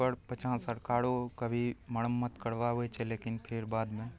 ओकर पाछाँ सरकारो कभी मरम्मत करबाबै छै लेकिन फेर बादमे